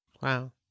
Wow